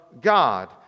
God